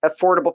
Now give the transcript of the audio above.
affordable